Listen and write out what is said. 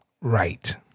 Right